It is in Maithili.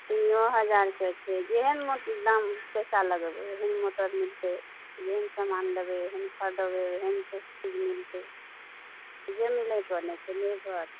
तीनयो हजारके छै जेहन दाम पैसा लगेबै एहेन मोटर मिलतै जेहन समान लेबै जेहन खरदबै तेहन चीज मिलतै जे छै निर्भर